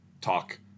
talk